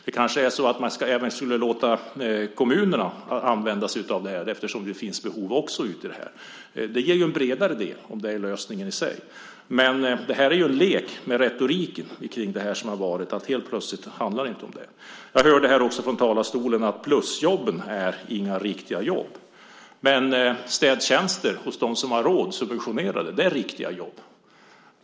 Det kanske är så att man även skulle låta kommunerna använda sig av det här, eftersom det finns behov av det här. Det ger ju en bredare del, om det är lösningen i sig. Men det här är en lek med retoriken kring det som har varit. Helt plötsligt handlar det inte om det. Jag hörde också från talarstolen att plusjobben inte är några riktiga jobb. Subventionerade städtjänster hos dem som har råd är riktiga jobb.